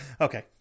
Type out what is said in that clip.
Okay